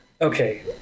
Okay